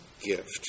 gift